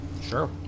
Sure